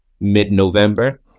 mid-november